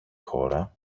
χώρα